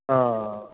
ਹਾਂ